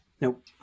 Nope